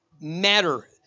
matter